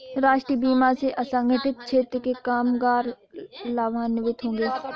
राष्ट्रीय बीमा से असंगठित क्षेत्र के कामगार लाभान्वित होंगे